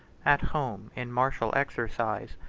at home in martial exercise,